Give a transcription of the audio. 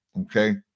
okay